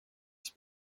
ich